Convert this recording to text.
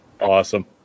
Awesome